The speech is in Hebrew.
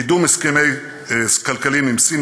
קידום הסכמים כלכליים עם סין,